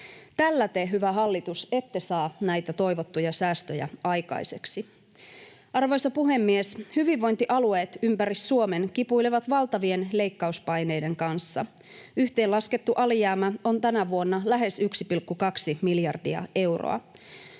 Tällä te, hyvä hallitus, ette saa näitä toivottuja säästöjä aikaiseksi. Arvoisa puhemies! Hyvinvointialueet ympäri Suomen kipuilevat valtavien leikkauspaineiden kanssa. Yhteenlaskettu alijäämä on tänä vuonna lähes 1,2 miljardia euroa.